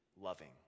loving